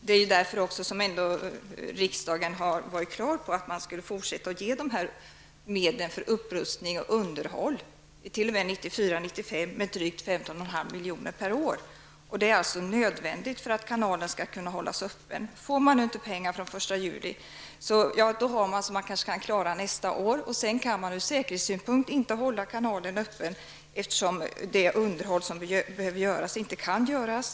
Det är också därför som riksdagen har bestämt att man skall fortsätta att ge medel för upprustning och underhåll t.o.m. 1994/95 med drygt 15,5 milj.kr. per år. Detta är nödvändigt för att kanalen skall kunna hållas öppen. Får man inte medel från den 1 juli, har man så mycket pengar att man kanske kan klara nästa år. Därefter kan man ur säkerhetssynpunkt inte hålla kanalen öppen, eftersom det underhåll som behövs inte kan göras.